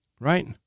right